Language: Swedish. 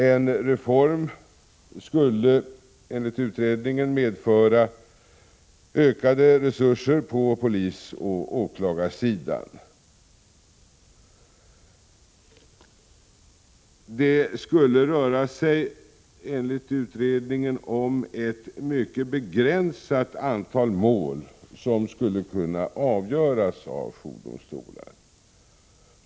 En reform skulle enligt utredningen medföra behov av ökade resurser på polisoch åklagarsidan. Det skulle röra sig om ett mycket begränsat antal mål som skulle kunna avgöras av jourdomstolar.